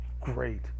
great